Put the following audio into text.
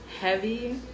heavy